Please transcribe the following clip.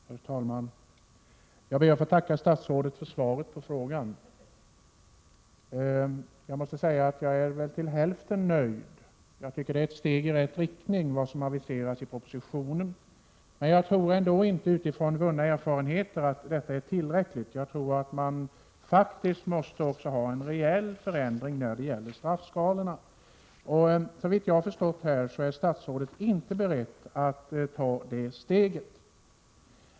Herr talman! Jag ber att få tacka statsrådet för svaret på frågan. Jag måste säga att jag bara är till hälften nöjd. Jag tycker att det som aviseras i propositionen är ett steg i rätt riktning, men jag tror ändå inte, utifrån vunna erfarenheter, att förslaget är tillräckligt. Vi måste faktiskt genomföra en reell förändring i straffskalorna. Såvitt jag har förstått i dag är statsrådet inte beredd att ta det steget.